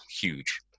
huge